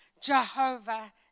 Jehovah